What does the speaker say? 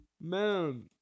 man